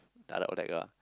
the other oh that girl ah